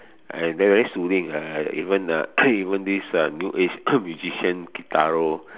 and very soothing uh even uh even this new age musician Kitaro